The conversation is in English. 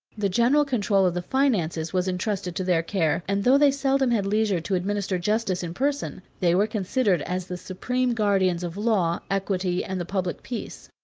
the general control of the finances was intrusted to their care and though they seldom had leisure to administer justice in person, they were considered as the supreme guardians of law, equity, and the public peace.